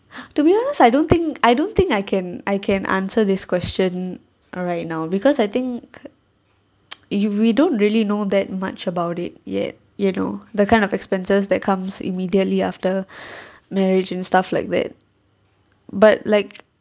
to be honest I don't think I don't think I can I can answer this question right now because I think we don't really know that much about it yet you know that kind of expenses that comes immediately after marriage and stuff like that but like